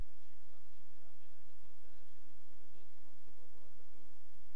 שיפרה ושכללה המדינה את הצעותיה שמתמודדות עם המצוקות במערכת הבריאות,